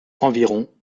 environ